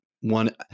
one